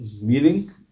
meaning